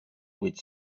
with